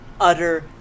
utter